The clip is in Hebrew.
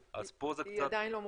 אז פה זה קצת --- היא עדיין לא מובנת.